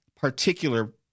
particular